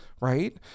right